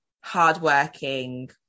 hardworking